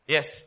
Yes